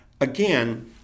again